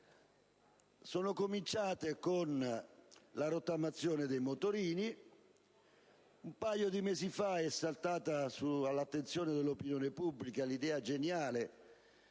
sono cominciate con la rottamazione dei motorini. Un paio di mesi fa è saltata all'attenzione dell'opinione pubblica l'idea geniale